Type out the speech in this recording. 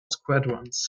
squadrons